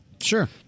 Sure